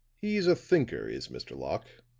he's a thinker, is mr. locke.